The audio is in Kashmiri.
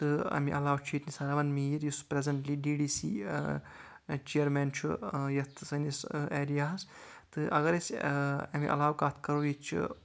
تہٕ اَمہِ علاوٕ چھُ ییٚتہِ نثار احمد میٖر یُس presently D D C chairman چھُ یَتھ سٲنِس ایریاہَس تہٕ اَگر أسۍ اَمہِ علاوٕ کَتھ کَرو ییٚتہِ چھُ